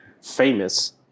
famous